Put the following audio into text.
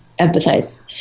empathize